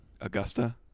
Augusta